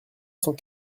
cent